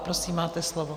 Prosím, máte slovo.